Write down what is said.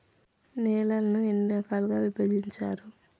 నేలలను ఎన్ని రకాలుగా విభజించారు?